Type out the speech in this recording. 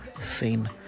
scene